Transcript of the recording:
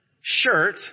shirt